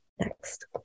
next